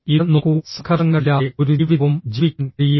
ഇത് നോക്കൂ സംഘർഷങ്ങളില്ലാതെ ഒരു ജീവിതവും ജീവിക്കാൻ കഴിയില്ല